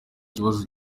ikibazo